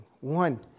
One